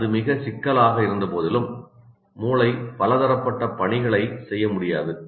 அது மிக சிக்கலாக இருந்தபோதிலும் மூளை பலதரப்பட்ட பணிகளை செய்ய முடியாது